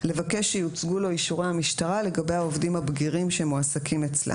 שיוצגו לו אישורי המשטרה לגבי העובדים הבגירים שמועסקים אצלה.